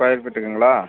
square ஃபீட்டுக்குங்களா